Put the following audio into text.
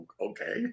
okay